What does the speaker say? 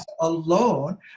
alone